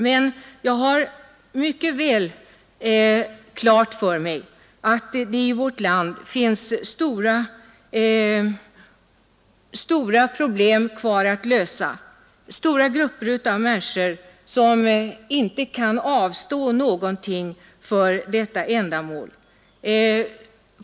Men jag har helt klart för mig att det i vårt land finns stora problem kvar att lösa. Där finns stora grupper av människor som inte kan avstå från någonting för detta ändamål.